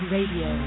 Radio